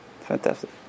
Fantastic